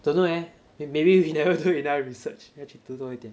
don't know leh you maybe you you never do enough research 没有去读多一点